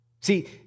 See